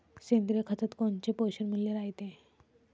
सेंद्रिय खतात कोनचे पोषनमूल्य रायते?